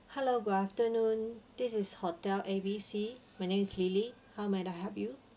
hello good afternoon this is hotel A B C my name is lily how may I help you